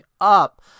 up